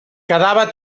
quedava